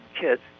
kids